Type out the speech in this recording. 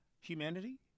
Humanity